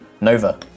Nova